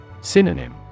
Synonym